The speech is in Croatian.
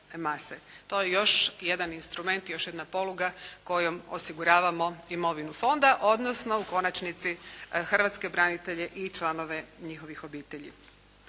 To je još jedan instrument, još jedna poluga kojom osiguravamo imovinu fonda, odnosno u konačnici hrvatske branitelje i članove njihovih obitelji.